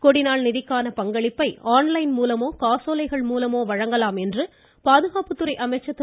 கொடிநாள் நிதிக்கான பங்களிப்பை ஆன் லைன் மூலமோ காசோலைகள் மூலமோ வழங்கலாம் என்று பாதுகாப்பு துறை அமைச்சர் திரு